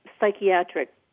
psychiatric